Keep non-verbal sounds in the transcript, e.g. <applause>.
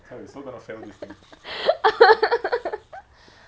<laughs>